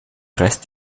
rest